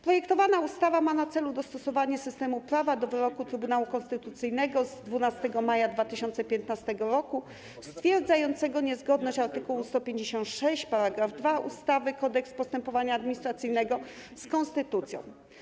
Projektowana ustawa ma na celu dostosowanie systemu prawa do wyroku Trybunału Konstytucyjnego z 12 maja 2015 r., stwierdzającego niezgodność art. 156 § 2 ustawy - Kodeks postępowania administracyjnego z konstytucją.